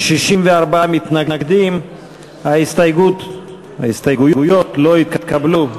נגד, 64. ההסתייגויות לא התקבלו.